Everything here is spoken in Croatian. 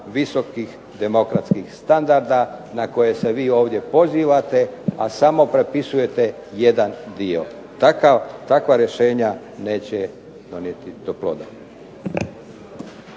visokih demokratskih standarda na koje se vi ovdje pozivate, a samo prepisujete jedan dio. Takva rješenje neće donijeti do ploda.